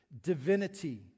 divinity